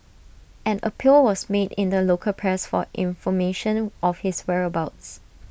an appeal was made in the local press for information of his whereabouts